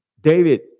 David